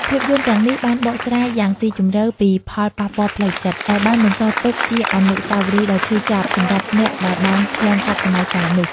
ភាពយន្តទាំងនេះបានបកស្រាយយ៉ាងស៊ីជម្រៅពីផលប៉ះពាល់ផ្លូវចិត្ត ដែលបានបន្សល់ទុកជាអនុស្សាវរីយ៍ដ៏ឈឺចាប់សម្រាប់អ្នកដែលបានឆ្លងកាត់សម័យកាលនោះ។